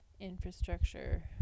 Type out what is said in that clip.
Infrastructure